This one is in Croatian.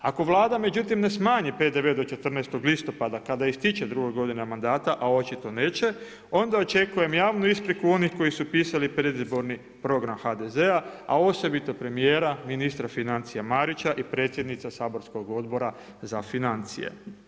Ako Vlada međutim ne smanji PDV do 14. listopada kada ističe druga godina mandata, a očito neće, onda očekujem javnu ispriku onih koji su pisali predizborni program HDZ-a, a osobito premijera, ministra financija Marića i predsjednice saborskog Odbora za financije.